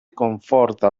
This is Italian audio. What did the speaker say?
conforta